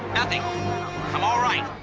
nothing. i'm all right.